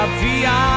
via